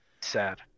Sad